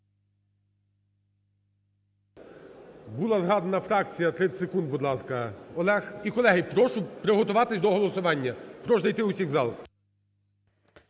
Була згадана фракція. 30 секунд, будь ласка, Олег. І, колеги, прошу приготуватись до голосування, прошу зайти усіх в зал.